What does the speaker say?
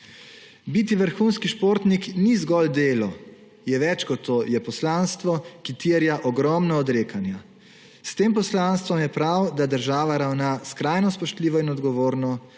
Biti vrhunski športnik ni zgolj delo, je več kot to, je poslanstvo, ki terja ogromno odrekanja. Prav je, da država s tem poslanstvom ravna skrajno spoštljivo in odgovorno,